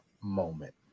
moment